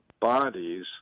bodies